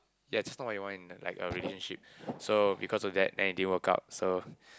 ya it's not what you want in the like a relationship so because of that anything work out so